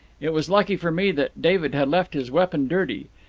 it was lucky for me that david had left his weapon dirty.